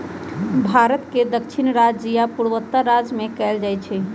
भारत के दक्षिणी राज्य आ पूर्वोत्तर राज्य में कएल जाइ छइ